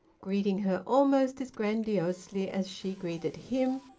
greeting her almost as grandiosely as she greeted him,